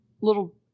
little